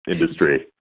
industry